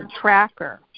Tracker